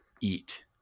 eat